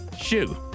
Shoe